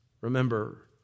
Remember